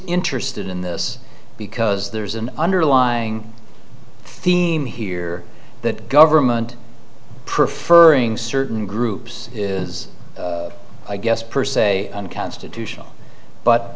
interested in this because there's an underlying theme here that government preferring certain groups is i guess per se unconstitutional but